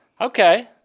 Okay